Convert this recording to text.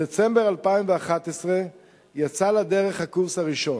בדצמבר 2011 יצא לדרך הקורס הראשון.